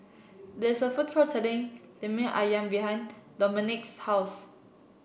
there is a food court selling Lemper ayam behind Dominik's house